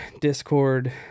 Discord